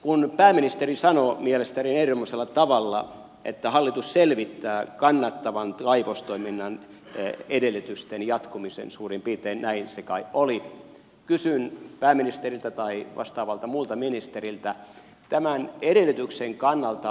kun pääministeri sanoi mielestäni erinomaisella tavalla että hallitus selvittää kannattavan kaivostoiminnan edellytysten jatkumisen suurin piirtein näin se kai oli kysyn pääministeriltä tai vastaavalta muulta ministeriltä tämän edellytyksen kannalta